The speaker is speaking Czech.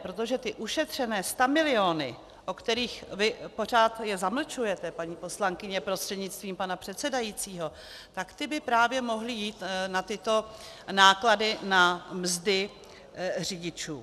Protože ty ušetřené stamiliony, které vy pořád zamlčujete, paní poslankyně prostřednictvím pana předsedajícího, tak ty by právě mohly jít na tyto náklady na mzdy řidičů.